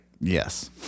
Yes